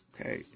Okay